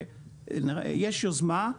יש יוזמה,